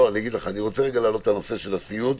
אני רוצה להעלות את הנושא של הסיעוד,